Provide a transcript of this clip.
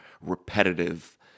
repetitive